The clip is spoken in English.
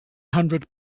hundred